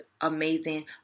amazing